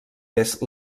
est